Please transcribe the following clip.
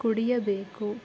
ಕುಡಿಯಬೇಕು